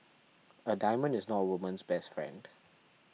a diamond is not a woman's best friend